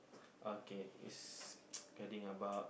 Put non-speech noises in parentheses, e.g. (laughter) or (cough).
okay is (noise) caring about